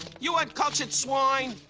you uncultured swine!